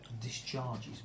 discharges